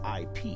IP